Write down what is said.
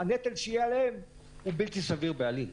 שהנטל שיהיה עליהן הוא בלתי סביר בעליל.